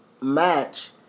match